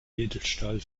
edelstahl